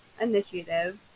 Initiative